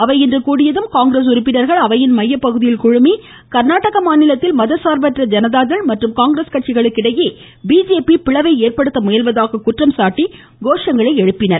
அவை இன்று கூடியதும் காங்கிரஸ் உறுப்பினர்கள் அவையின் மையப்பகுதியில் குழுமி கர்நாடக மாநிலத்தில் மதசார்பற்ற ஜனதா தள் மற்றும் காங்கிரஸ் கட்சிகளுக்கு இடையே பிஜேபி பிளவை ஏற்படுத்த முயல்வதாக குற்றம் சாட்டி கோஷங்களை எழுப்பினர்